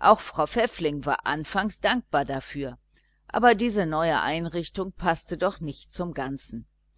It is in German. auch frau pfäffling war anfangs dankbar dafür aber die neue einrichtung paßte doch nicht zum ganzen